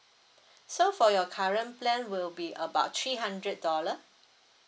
so for your current plan will be about three hundred dollar